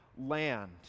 land